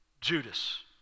Judas